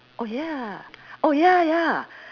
oh ya oh ya ya